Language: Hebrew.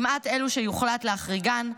למעט אלו שיוחלט להחריגן,